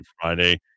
Friday